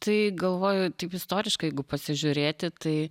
tai galvoju taip istoriškai pasižiūrėti tai